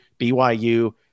BYU –